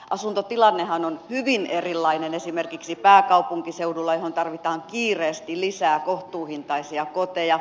asuntotilannehan on hyvin erilainen esimerkiksi pääkaupunkiseudulla minne tarvitaan kiireesti lisää kohtuuhintaisia koteja